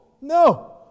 no